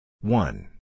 One